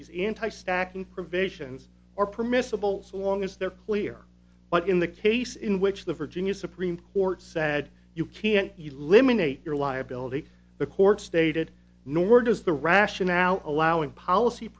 these in type stacking provisions or permissible so long as they're clear but in the case in which the virginia supreme court said you can't you limit your liability the court stated nor does the rationale allowing policy